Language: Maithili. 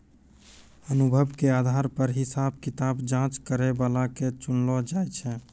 अनुभव के आधार पर हिसाब किताब जांच करै बला के चुनलो जाय छै